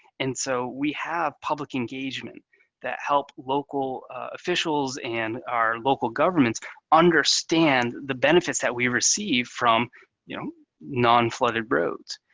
and so we have public engagement that helped local officials and our local governments understand the benefits that we receive from you know non-flooded roads.